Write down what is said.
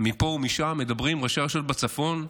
מפה ומשם מדברים, ראשי רשויות בצפון,